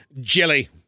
jelly